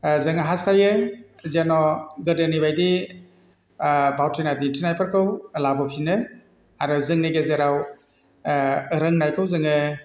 जोङो हासथायो जेन' गोदोनि बायदि भावथिना दिन्थिनायफोरखौ लाबोफिनो आरो जोंनि गेजेराव रोंनायखौ जोङो